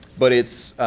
but it's.